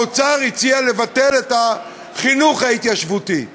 האוצר הציע לבטל את החינוך ההתיישבותי.